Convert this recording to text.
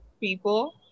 people